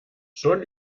schon